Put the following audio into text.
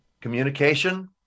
communication